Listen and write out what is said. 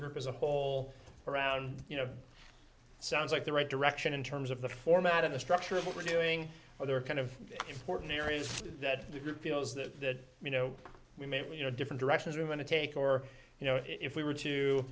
group as a whole around you know sounds like the right direction in terms of the format of the structure of what we're doing or there are kind of important areas that the group feels that you know we maybe you know different directions we want to take or you know if we were